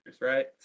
right